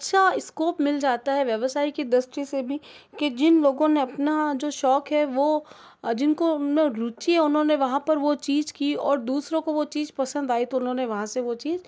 अच्छा स्कोप मिल जाता है व्यवसाय की दृष्टि से भी कि जिन लोगों ने अपना जो शौक है वो जिन को उन में रुचि है उन्होंने वहाँ पर वो चीज़ की और दूसरों को वो चीज़ पसंद आई तो उन्होंने वहाँ से वो चीज़